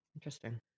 Interesting